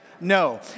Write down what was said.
No